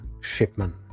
Shipman